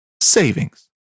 savings